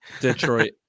Detroit